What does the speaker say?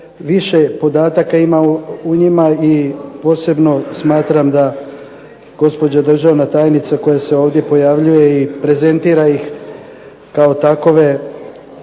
više podataka ima u njima i posebno smatram da gospođa državna tajnica koja se ovdje pojavljuje i prezentira ih, kao takove